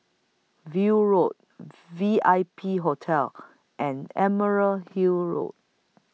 View Road V I P Hotel and Emerald Hill Road